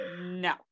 No